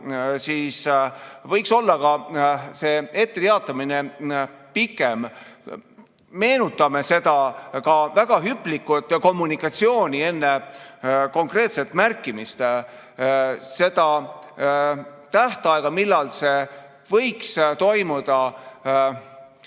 siis võiks olla ka etteteatamisaeg pikem. Meenutame seda väga hüplikku kommunikatsiooni enne konkreetset märkimist. See tähtaeg, millal see võiks toimuda, anti